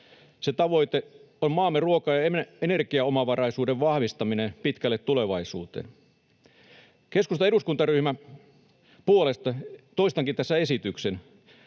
Sen tavoite on maamme ruoka- ja energiaomavaraisuuden vahvistaminen pitkälle tulevaisuuteen. Keskustan eduskuntaryhmän puolesta toistankin tässä tuon esityksen.